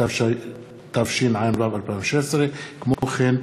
התשע"ו 2016. כמו כן,